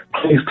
please